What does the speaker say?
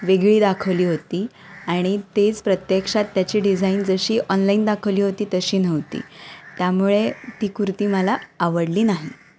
वेगळी दाखवली होती आणि तेच प्रत्यक्षात त्याची डिझाईन जशी ऑनलाईन दाखवली होती तशी नव्हती त्यामुळे ती कुर्ती मला आवडली नाही